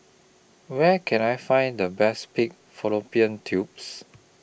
Where Can I Find The Best Pig Fallopian Tubes